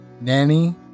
Nanny